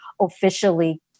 officially